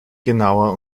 genauer